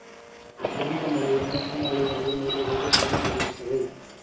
ಅಧಿಕ ಮಳೆಯು ಮೆಣಸಿನ ಇಳುವರಿಯ ಮೇಲೆ ಹೇಗೆ ಪರಿಣಾಮ ಬೀರುತ್ತದೆ?